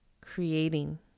creating